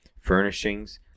furnishings